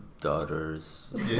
daughters